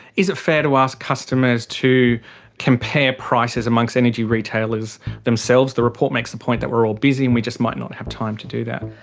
is it fair to ask customers to compare prices amongst energy retailers themselves? the report makes the point that we're all busy and we just might not have time to do that.